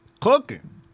cooking